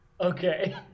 Okay